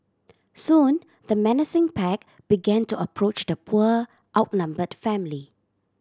soon the menacing pack began to approach the poor outnumbered family